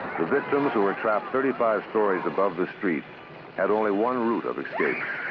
the victims who were trapped thirty five stories above the street had only one route of escape.